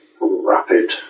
rapid